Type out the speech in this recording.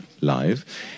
live